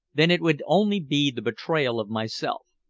then it would only be the betrayal of myself.